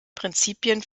prinzipien